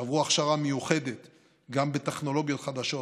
שעברו הכשרה מיוחדת גם בטכנולוגיות חדשות